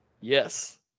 Yes